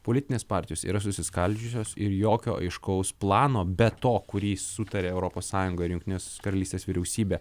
politinės partijos yra susiskaldžiusios ir jokio aiškaus plano be to kurį sutarė europos sąjunga ir jungtinės karalystės vyriausybė